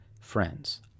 friends